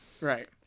right